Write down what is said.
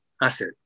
asset